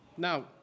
Now